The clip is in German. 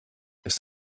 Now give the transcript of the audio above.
ist